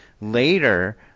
later